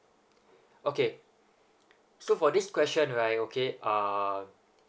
okay so for this question right okay uh